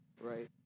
right